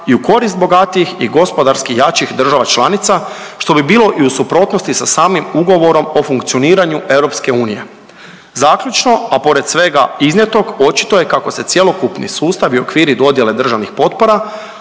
i u korist bogatijih i gospodarski jačih država članica što bi bilo i u suprotnosti sa samim Ugovorom o funkcioniranju EU. Zaključno, a pored svega iznijetog očito je kako se cjelokupni sustav i okviri dodjele državnih potpora